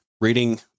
Reading